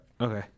Okay